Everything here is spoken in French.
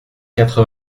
quatre